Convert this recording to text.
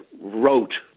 wrote